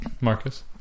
Marcus